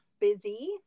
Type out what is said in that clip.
Busy